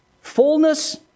fullness